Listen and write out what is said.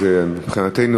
אז מבחינתנו